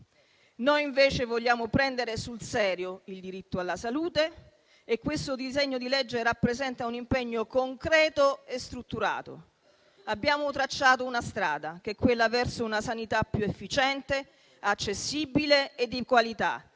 Noi invece vogliamo prendere sul serio il diritto alla salute e il disegno di legge in discussione rappresenta un impegno concreto e strutturato. Abbiamo tracciato una strada che è quella verso una sanità più efficiente, accessibile e di qualità,